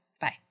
Bye